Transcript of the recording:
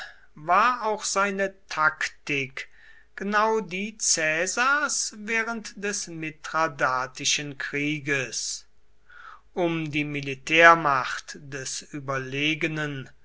war auch seine taktik genau die caesars während des mithradatischen krieges um die militärmacht des überlegenen